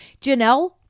Janelle